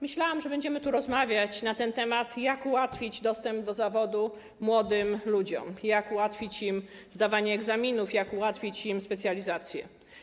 Myślałam, że będziemy rozmawiać na temat, jak ułatwić dostęp do zawodu młodym ludziom, jak ułatwić im zdawanie egzaminów, jak ułatwić im specjalizacje.